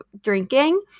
drinking